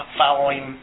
following